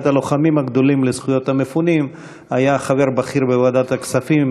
הלוחמים הגדולים לזכויות המפונים היה חבר בכיר בוועדת הכספים,